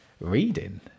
reading